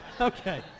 Okay